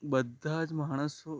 બધા જ માણસો